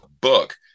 book